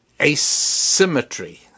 asymmetry